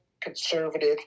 conservative